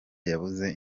yabuze